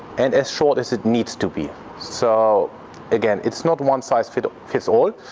and as short as it needs to be. so again it's not one size fits fits all.